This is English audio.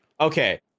Okay